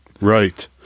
right